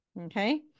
Okay